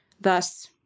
thus